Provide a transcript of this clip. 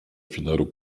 filaru